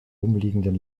umliegenden